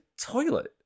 toilet